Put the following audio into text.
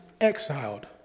exiled